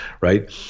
right